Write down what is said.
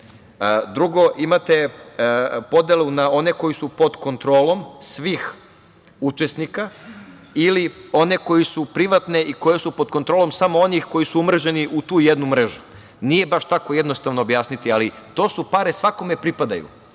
Drugo, imate podelu na one koji su pod kontrolom svih učesnika ili one koji su privatne i pod kontrolom samo onih koji su umreženi u tu jednu mrežu. Nije baš tako jednostavno objasniti, ali to su pare, svakome pripadaju.